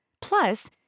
Plus